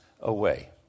away